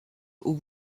aux